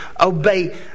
obey